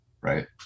Right